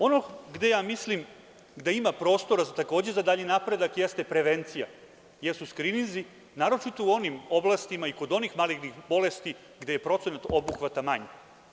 Ono gde ja mislim da ima prostora za takođe dalji napredak jeste prevencija jesu skrinizi, naročito u onim oblastima i kod onih malignih bolesti gde je procenat obuhvata manji.